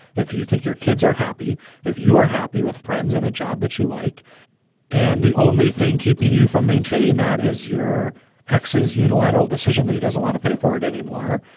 if you think your kids are happy if you are happy with friends and a job that you like and the only thing keeping you from maintaining that is your ex's unilateral decision that he doesn't want to pay for it anymore.